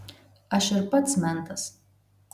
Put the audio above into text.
aš ir pats mentas